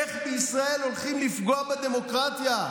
איך בישראל הולכים לפגוע בדמוקרטיה,